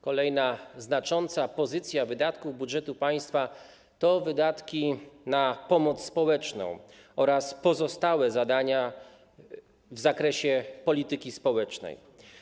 Kolejna znacząca pozycja wydatków budżetu państwa to wydatki na pomoc społeczną oraz pozostałe zadania w zakresie polityki społecznej.